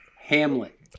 Hamlet